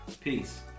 Peace